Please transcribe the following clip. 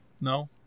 No